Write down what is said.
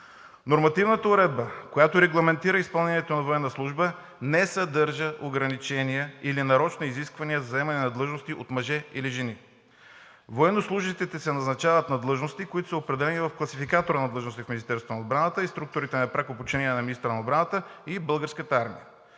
Нормативната уредба, която регламентира изпълнението на военна служба, не съдържа ограничения или нарочно изискване за заемане на длъжности от мъже или жени. Военнослужещите се назначават на длъжности, които са определени в класификатора на длъжностите в Министерството на отбраната и структурите на пряко подчинение на министъра на отбраната и Българската армия.